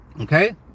Okay